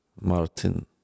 Martin